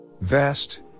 Vest